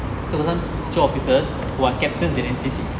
so got some teacher officers who are captains in N_C_C